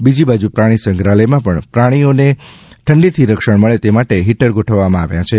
બીજૂ તરફ પ્રાણી સંગ્રહાલયમાં પણ પ્રાણીઓને ઠંડીથી રક્ષણ મળે તે માટે હીટર ગોઠવવામાં આવ્યા છે